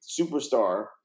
superstar